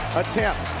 attempt